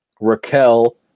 Raquel